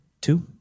two